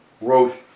wrote